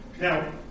Now